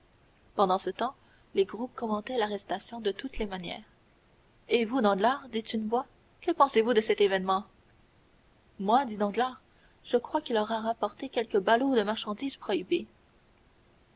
pendant ce temps les groupes commentaient l'arrestation de toutes les manières et vous danglars dit une voix que pensez-vous de cet événement moi dit danglars je crois qu'il aura rapporté quelques ballots de marchandises